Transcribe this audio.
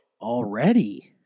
Already